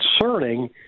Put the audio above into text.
concerning